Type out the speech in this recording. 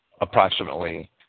approximately